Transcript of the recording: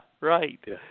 right